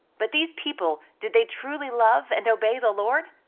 but these people, did they truly love and obey the lord?